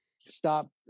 stop